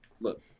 Look